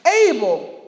Abel